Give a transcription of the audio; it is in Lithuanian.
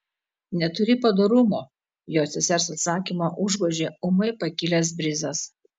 neturi padorumo jo sesers atsakymą užgožė ūmai pakilęs brizas